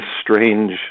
strange